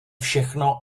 všechno